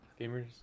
Gamers